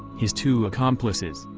his two accomplices,